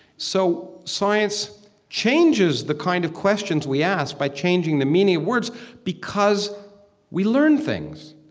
so science changes the kind of questions we ask by changing the meaning of words because we learn things.